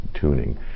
tuning